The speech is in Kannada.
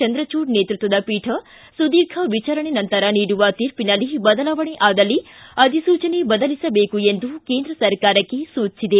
ಚಂದ್ರಜೂಡ್ ನೇತೃತ್ವದ ಪೀಠ ಸುದೀರ್ಘ ವಿಚಾರಣೆ ನಂತರ ನೀಡುವ ತೀರ್ಷಿನಲ್ಲಿ ಬದಲಾವಣೆ ಆದಲ್ಲಿ ಅಧಿಸೂಚನೆ ಬದಲಿಸಬೇಕು ಎಂದು ಕೇಂದ್ರ ಸರ್ಕಾರಕ್ಕೆ ಸೂಚಿಸಿದೆ